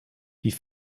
die